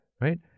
Right